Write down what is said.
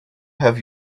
have